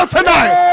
tonight